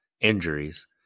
injuries